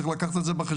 צריך לקחת את זה בחשבון,